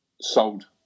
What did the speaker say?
sold